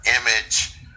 image